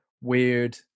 weird